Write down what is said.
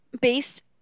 Based